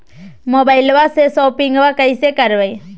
मोबाइलबा से शोपिंग्बा कैसे करबै?